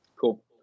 Cool